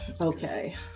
Okay